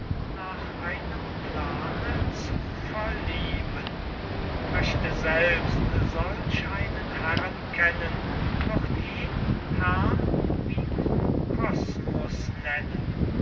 nach einem plane zu verlieben möchte selbst solch einen herren kennen würd ihn herrn mikrokosmus nennen